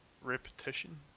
repetition